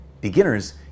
Beginners